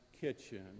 kitchen